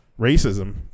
racism